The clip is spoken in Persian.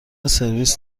سرویس